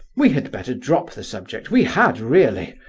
we had better drop the subject we had, really.